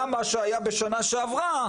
גם מה שהיה בשנה שעברה,